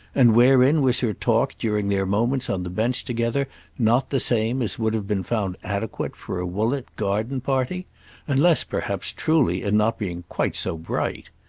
and wherein was her talk during their moments on the bench together not the same as would have been found adequate for a woollett garden-party unless perhaps truly in not being quite so bright.